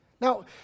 Now